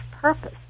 purpose